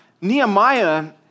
Nehemiah